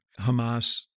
Hamas